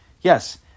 Yes